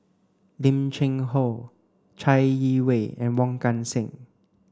Lim Cheng Hoe Chai Yee Wei and Wong Kan Seng